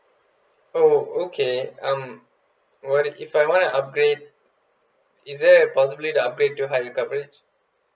oh okay um what if I wanna upgrade is there a possibility to upgrade to higher coverage